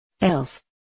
Elf